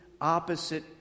opposite